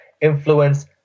influence